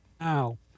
now